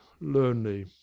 LONELY